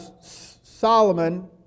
Solomon